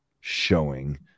showing